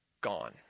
Gone